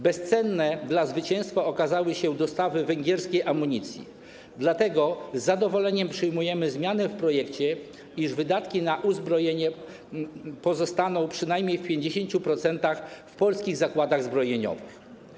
Bezcenne dla zwycięstwa okazały się dostawy węgierskiej amunicji, dlatego z zadowoleniem przyjmujemy zmianę w projekcie, iż wydatki na uzbrojenie pozostaną przynajmniej w 50% w polskich zakładach zbrojeniowych.